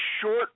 short